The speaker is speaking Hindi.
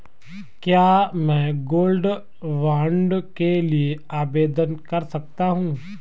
क्या मैं गोल्ड बॉन्ड के लिए आवेदन कर सकता हूं?